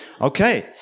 Okay